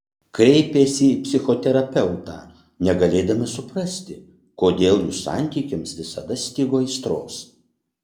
kreipėsi į psichoterapeutą negalėdami suprasti kodėl jų santykiams visada stigo aistros